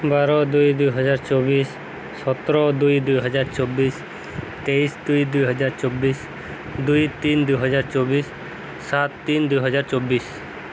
ବାର ଦୁଇ ଦୁଇହଜାର ଚବିଶ ସତର ଦୁଇ ଦୁଇହଜାର ଚବିଶ ତେଇଶ ଦୁଇ ଦୁଇହଜାର ଚବିଶ ଦୁଇ ତିନି ଦୁଇହଜାର ଚବିଶ ସାତ ତିନି ଦୁଇହଜାର ଚବିଶ